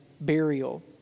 burial